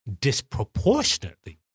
disproportionately